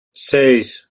seis